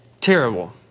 terrible